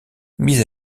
mise